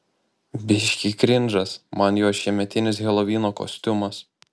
biškį krindžas man jo šiemetinis helovyno kostiumas